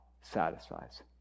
satisfies